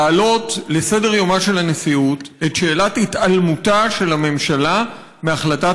להעלות על סדר-יומה של הנשיאות את שאלת התעלמותה של הממשלה מהחלטת